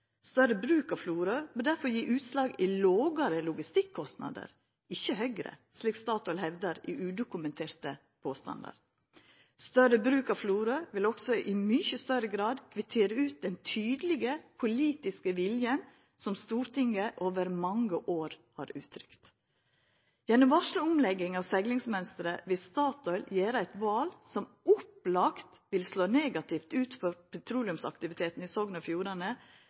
Større bruk av Florø må derfor gje utslag i lågare logistikkostnader, ikkje høgre, slik Statoil hevdar i udokumenterte påstandar. Større bruk av Florø ville også i mykje større grad kvittera ut den tydelege politiske viljen som Stortinget over mange år har uttrykt. Gjennom varsla omlegging av seglingsmønsteret vil Statoil gjera eit val som opplagt vil slå negativt ut for petroleumsaktiviteten i Sogn og Fjordane